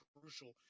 crucial